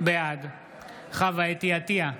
בעד חוה אתי עטייה,